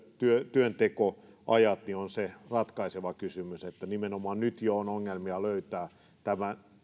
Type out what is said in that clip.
työntekoajat ovat se ratkaiseva kysymys jo nyt on ongelmia löytää heitä